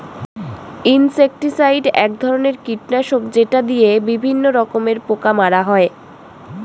insecticide এক ধরনের কীটনাশক যেটা দিয়ে বিভিন্ন রকমের পোকা মারা হয়